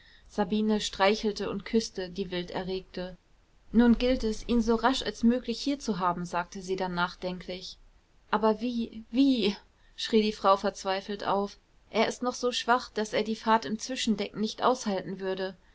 sabine streichelte und küßte die wild erregte nun gilt es ihn so rasch als möglich hier zu haben sagte sie dann nachdenklich aber wie wie schrie die frau verzweifelt auf er ist noch so schwach daß er die fahrt im zwischendeck nicht aushalten würde